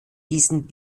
diesen